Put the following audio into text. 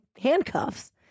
handcuffs